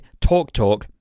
TalkTalk